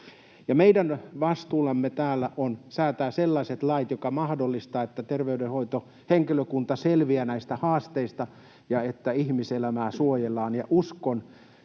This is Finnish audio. Meidän vastuullamme täällä on säätää sellaiset lait, jotka mahdollistavat, että terveydenhoitohenkilökunta selviää näistä haasteista ja että ihmiselämää suojellaan, ja uskon